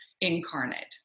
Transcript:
incarnate